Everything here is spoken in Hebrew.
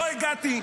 לא הגעתי,